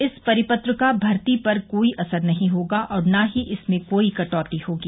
इस परिपत्र का भर्ती पर कोई असर नहीं होगा और न ही इसमें कोई कटौती होगी